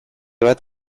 bat